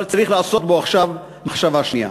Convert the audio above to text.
אבל צריך לעשות בו עכשיו מחשבה שנייה.